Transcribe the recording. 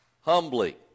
humbly